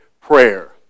prayer